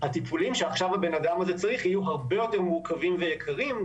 הטיפולים שעכשיו הבנאדם הזה צריך יהיו הרבה יותר מורכבים ויקרים,